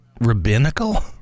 rabbinical